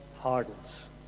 hardens